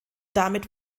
damit